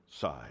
side